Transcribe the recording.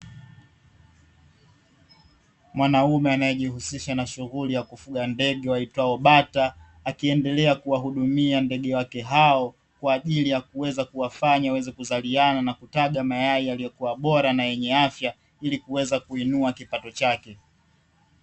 Mwanaume anayejihusisha na shughuli ya kufuga ndege waitwao bata, akiendelea kuwahudumia ndege wake hao kwa ajili ya kuweza kuwafanya waweze kuzaliana na kutaga mayai yaliyokuwa bora na yenye afya ili kuweza kuinua kipato chake.